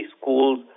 schools